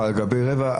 זה בסדר גמור.